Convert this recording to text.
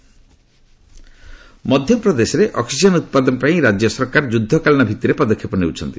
MP oxygen ମଧ୍ୟପ୍ରଦେଶରେ oxygen ଉତ୍ପାଦନ ପାଇଁ ରାଜ୍ୟ ସରକାର ଯୁଦ୍ଧକାଳୀନ ଭିଭିରେ ପଦକ୍ଷେପ ନେଉଛନ୍ତି